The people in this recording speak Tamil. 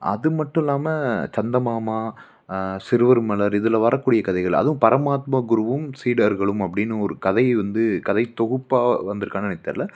அது மட்டும் இல்லாமல் சந்தை மாமா சிறுவர் மலர் இதில் வரக்கூடிய கதைகள் அதுவும் பரமாத்ப குருவும் சீடர்களும் அப்படின்னு ஒரு கதைய வந்து கதைத் தொகுப்பாக வந்திருக்கானு எனக்கு தெரியல